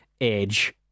age